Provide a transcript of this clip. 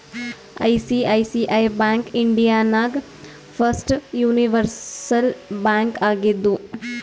ICICI bank India ನಾಗ್ first universal bank ಆಗಿದ್ದು